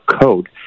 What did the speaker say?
code